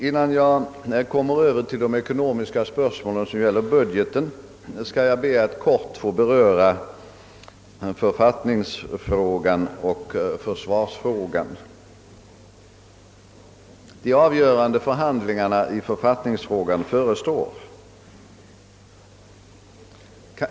Innan jag går över till de ekonomiska spörsmål som gäller budgeten vill jag kort beröra författningsfrågan och försvarsfrågan. De avgörande förhandlingarna i författningsfrågan förestår.